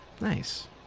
Nice